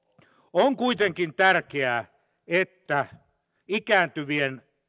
on kuitenkin tärkeää että ikääntyvien